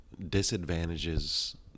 disadvantages